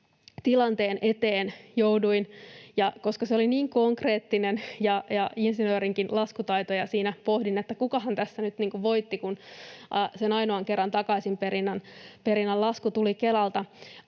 tilanteen eteen jouduin, ja koska se oli niin konkreettinen, niin insinöörinkin laskutaidoilla siinä pohdin, että kukahan tässä nyt voitti, kun sen ainoan kerran takaisinperinnän lasku tuli Kelalta.